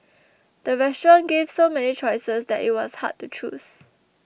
the restaurant gave so many choices that it was hard to choose